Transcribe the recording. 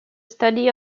study